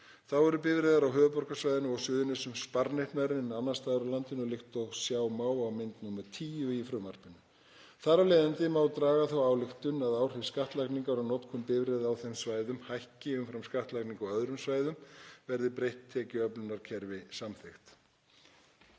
Þá eru bifreiðar á höfuðborgarsvæðinu og á Suðurnesjum sparneytnari en annars staðar á landinu líkt og sjá má á mynd nr. 10. í frumvarpinu. Þar af leiðandi má draga þá ályktun að áhrif skattlagningar á notkun bifreiða á þeim svæðum hækki umfram skattlagningu á öðrum svæðum landsins verði breytt tekjuöflunarkerfi samþykkt.